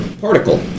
particle